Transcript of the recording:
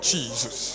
Jesus